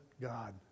God